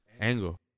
angle